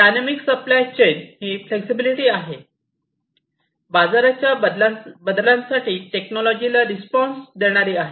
dynamic supply chain ही flexibility आहे बाजाराच्या बदलांसाठी टेक्नॉलॉजीला रिस्पॉन्स देणारी आहे